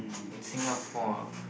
in Singapore